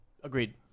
Agreed